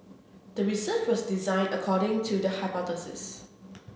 the research was designed according to the hypothesis